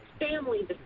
family